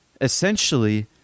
essentially